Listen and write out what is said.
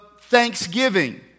thanksgiving